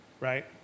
right